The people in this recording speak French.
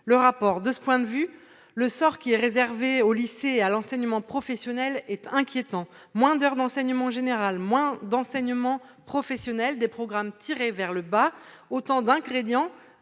d'information. De ce point de vue, le sort réservé aux lycées et à l'enseignement professionnels est inquiétant : moins d'heures d'enseignement général, moins d'enseignements professionnels, des programmes tirés vers le bas, autant d'éléments